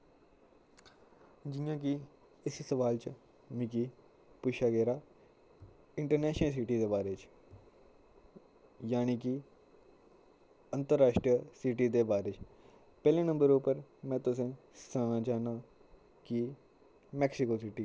जियां कि इस सोआल च मिगी पुच्छेआ गेदा इंटरनेशनल सिटी दे बारै च यानि कि अंतराश्ट्रीय सिटी दे बारै च पैह्ले नंबर उप्पर में तुसेंगी सनाना चाह्न्नां कि मैक्सिको सिटी